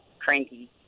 cranky